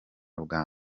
bwa